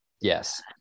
Yes